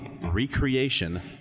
recreation